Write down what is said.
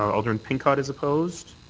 alderman pincott is opposed.